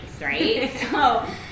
right